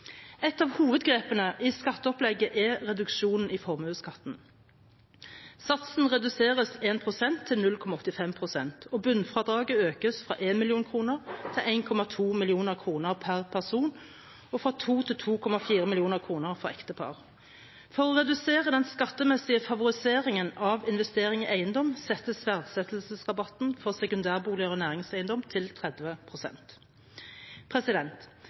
Et av hovedgrepene i skatteopplegget er reduksjonen i formuesskatten. Satsen reduseres med 1,0 pst. til 0,85 pst., og bunnfradraget økes fra 1 mill. kr til 1,2 mill. kr per person og fra 2,0 mill. kr til 2,4 mill. kr for ektepar. For å redusere den skattemessige favoriseringen av investering i eiendom settes verdsettelsesrabatten for sekundærboliger og næringseiendom til